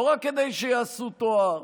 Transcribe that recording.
לא רק כדי שיעשו תואר,